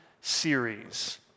series